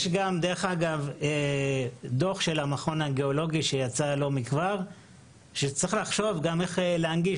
יש גם דוח של המכון הגאולוגי שיצא לא מכבר שצריך לחשוב איך להנגיש.